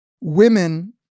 women